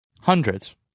hundreds